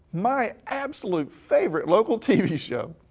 my absolute favorite local tv show.